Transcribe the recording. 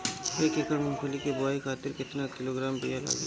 एक एकड़ मूंगफली क बोआई खातिर केतना किलोग्राम बीया लागी?